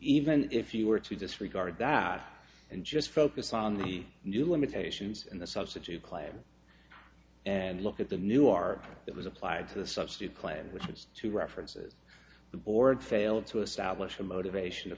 even if you were to disregard that and just focus on the new limitations and the substitute claim and look at the new art that was applied to the subsidy plan which has two references the board failed to establish the motivation to